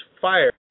fire